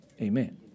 Amen